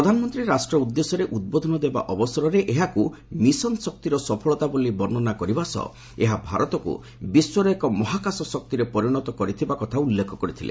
ପ୍ରଧାନମନ୍ତ୍ରୀ ରାଷ୍ଟ୍ର ଉଦ୍ଦେଶ୍ୟରେ ଉଦ୍ବୋଧନ ଦେବା ଅବସରରେ ଏହାକୁ ମିଶନ୍ ଶକ୍ତିର ସଫଳତା ବୋଲି ବର୍ଷ୍ଣନା କରିବା ସହ ଏହା ଭାରତକୁ ବିଶ୍ୱର ଏକ ମହାକାଶ ଶକ୍ତିରେ ପରିଣତ କରିଥିବା କଥା ଉଲ୍ଲେଖ କରିଥିଲେ